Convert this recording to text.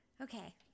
okay